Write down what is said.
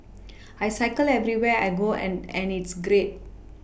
I cycle everywhere I go and and it's great